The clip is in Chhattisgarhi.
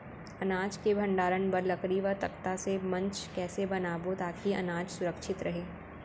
अनाज के भण्डारण बर लकड़ी व तख्ता से मंच कैसे बनाबो ताकि अनाज सुरक्षित रहे?